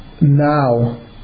now